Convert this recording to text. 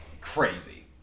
crazy